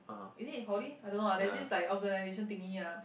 is it in poly I don't know ah there's this like organisation thingy ah